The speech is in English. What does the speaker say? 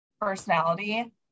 personality